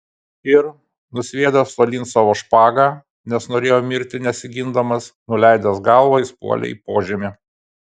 ir nusviedęs tolyn savo špagą nes norėjo mirti nesigindamas nuleidęs galvą jis puolė į požemį